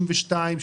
62,